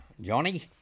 Johnny